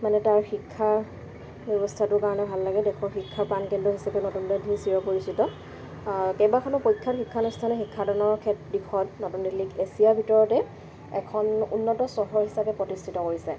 মানে তাৰ শিক্ষাৰ ব্যৱস্থাটোৰ কাৰণে ভাল লাগে দেশৰ শিক্ষাৰ প্ৰাণকেন্দ্ৰ হিচাপে নতুন দেলহী চিৰ পৰিচিত কেইবাখনো প্ৰখ্যাত শিক্ষানুষ্ঠানে শিক্ষাদানৰ ক্ষেত্ৰত দিশত নতুন দিল্লীক এছিয়াৰ ভিতৰতে এখন উন্নত চহৰ হিচাপে প্ৰতিষ্ঠিত কৰিছে